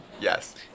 Yes